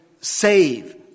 save